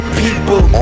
people